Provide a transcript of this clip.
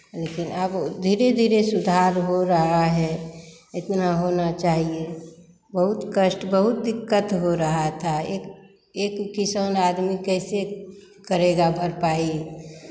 लेकिन अब धीरे धीरे सुधार हो रहा है इतना होना चाहिए बहुत कष्ट बहुत दिक्कत हो रहा था एक एक किसान आदमी कैसे करेगा भरपाई